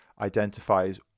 identifies